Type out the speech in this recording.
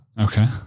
Okay